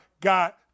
got